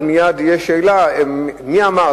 מייד יש שאלה: מי אמר,